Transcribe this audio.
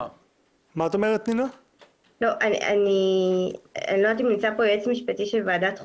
אני לא יודעת אם נמצא פה היועץ המשפטי גם של ועדת החוקה,